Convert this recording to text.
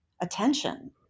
attention